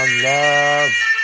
Love